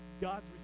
God's